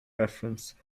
reference